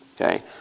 Okay